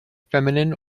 feminine